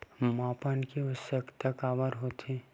मापन के आवश्कता काबर होथे?